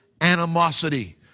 animosity